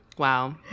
Wow